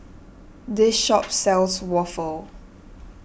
this shop sells Waffle